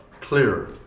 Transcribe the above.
clearer